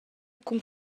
cun